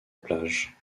plage